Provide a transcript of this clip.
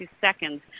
seconds